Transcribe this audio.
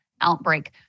outbreak